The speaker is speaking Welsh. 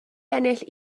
ennill